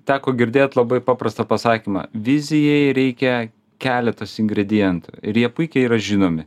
teko girdėt labai paprastą pasakymą vizijai reikia keletos ingredientų ir jie puikiai yra žinomi